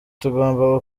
tugomba